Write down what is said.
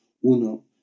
uno